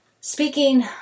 Speaking